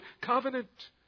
covenant